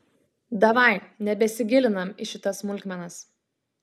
davai nebesigilinam į šitas smulkmenas